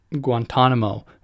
Guantanamo